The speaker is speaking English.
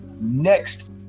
next